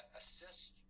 assist